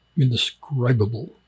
indescribable